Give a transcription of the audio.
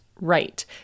right